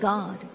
God